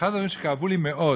ואחד הדברים שכאבו לי מאוד,